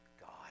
God